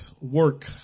work